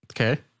Okay